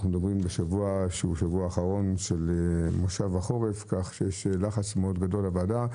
זה השבוע האחרון של מושב החורף כך שיש לחץ גדול מאוד על הוועדה,